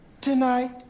tonight